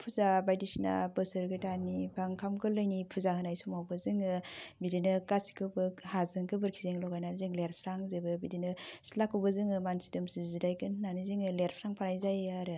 फुजा बायदिसिना बोसोर गोदाननि बा ओंखाम गोरलैनि फुजा होनाय समावबो जोङो बिदिनो गासिखौबो हाजों गोबोरखिजों लगायनानै जों लिरस्रांजोबो बिदिनो सिथ्लाखौबो जोङो मानसि जुमसि जिरायगोन होननानै जोङो लिरस्रांफानाय जायो आरो